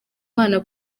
imana